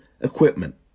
equipment